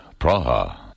Praha